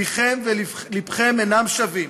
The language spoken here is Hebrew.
פיכם ולבכם אינם שווים.